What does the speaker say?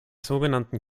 sogenannten